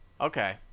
okay